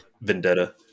vendetta